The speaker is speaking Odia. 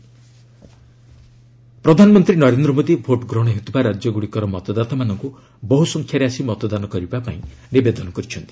ପିଏମ୍ ଅପିଲ୍ ପ୍ରଧାନମନ୍ତ୍ରୀ ନରେନ୍ଦ୍ର ମୋଦି ଭୋଟ୍ଗ୍ରହଣ ହେଉଥିବା ରାଜ୍ୟଗ୍ରଡ଼ିକର ମତଦାତାମାନଙ୍କୁ ବହୁ ସଂଖ୍ୟାରେ ଆସି ମତଦାନ କରିବାପାଇଁ ନିବେଦନ କରିଛନ୍ତି